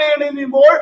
anymore